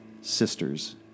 sisters